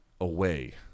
away